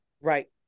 Right